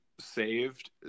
saved